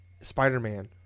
spider-man